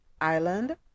Island